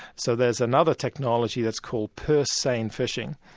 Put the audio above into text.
so there's another technology that's called purseine fishing,